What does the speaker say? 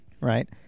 Right